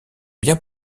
bien